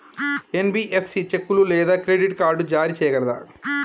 NBFC చెక్కులు లేదా credit card జారీ చేయగలదా?